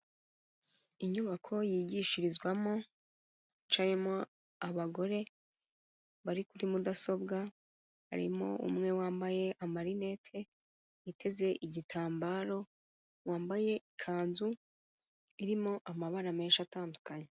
Inyubako yigishirizwamo yicayemo abagore bari kuri mudasobwa, harimo umwe wambaye amarinete yiteze igitambaro wambaye ikanzu irimo amabara menshi atandukanye.